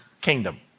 kingdom